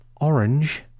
Orange